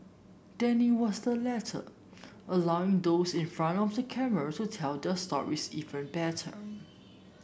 Danny was the latter allowing those in front of the camera to tell their stories even better